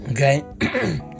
okay